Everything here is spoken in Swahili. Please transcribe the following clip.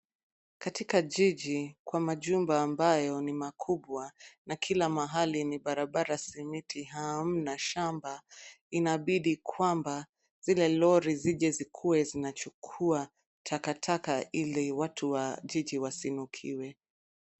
Katika jiji, kwa majumba ambayo ni makubwa na kila mahali ni barabara simiti, hamna shamba. Inabidi kwamba zile lori zije zikuwe zinachukua takataka ili watu wa jiji wasinukiwe.